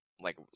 like-